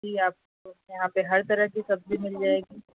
جی آپ کو یہاں پہ ہر طرح کی سبزی مل جائے گی